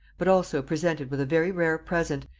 but also presented with a very rare present,